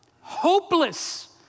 hopeless